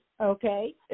okay